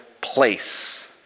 place